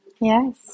Yes